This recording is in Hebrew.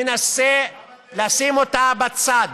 מנסה לשים אותה בצד,